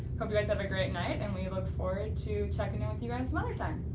hope you guys have a great night and we look forward to checking in with you guys some other time!